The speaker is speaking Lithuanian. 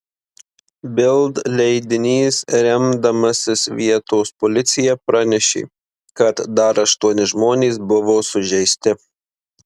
bild leidinys remdamasis vietos policija pranešė kad dar aštuoni žmonės buvo sužeisti